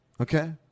Okay